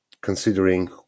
considering